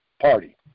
party